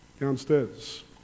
downstairs